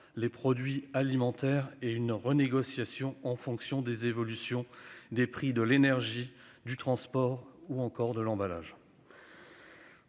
les produits alimentaires, dans le cadre d'une renégociation en fonction de l'évolution des prix de l'énergie, du transport ou encore des emballages.